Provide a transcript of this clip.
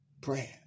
prayer